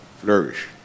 flourish